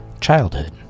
Childhood